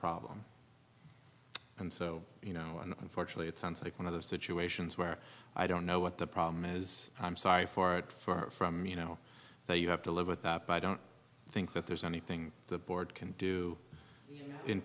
problem and so you know and unfortunately it sounds like one of those situations where i don't know what the problem is i'm sorry for it far from you know that you have to live with that but i don't think that there's anything the board can do in